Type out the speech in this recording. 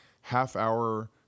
half-hour